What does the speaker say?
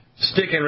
sticking